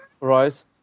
Right